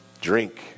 drink